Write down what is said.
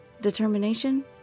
Determination